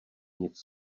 nic